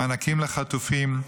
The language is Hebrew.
מענקים לחטופים,